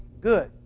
good